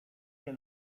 się